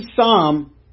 Psalm